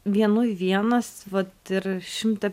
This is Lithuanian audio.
vienui vienas vat ir šimtą